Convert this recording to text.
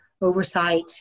oversight